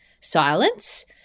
silence